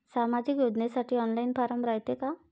सामाजिक योजनेसाठी online form रायते का?